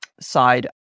side